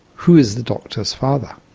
who is the doctor's father?